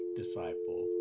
disciple